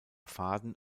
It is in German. faden